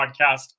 Podcast